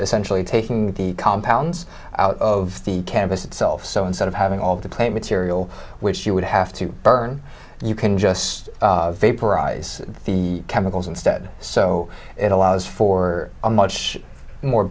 essentially taking the compounds out of the canvas itself so instead of having all the plant material which you would have to burn you can just as the chemicals instead so it allows for a much more